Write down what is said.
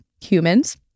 humans